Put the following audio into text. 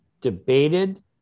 debated